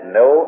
no